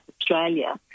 Australia